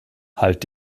halt